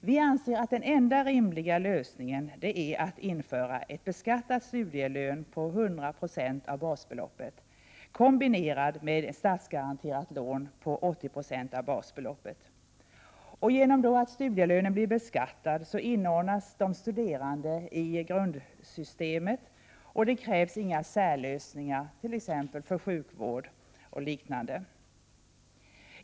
Vi anser att den enda rimliga lösningen är att införa en beskattad studielön på 100 960 av basbeloppet kombinerad med ett statsgaranterat lån på 80 96 av basbeloppet. Genom att studielönen blir beskattad inordnas de studerande i grundsystemet, och det krävs ingen särlösning för t.ex. sjukvård.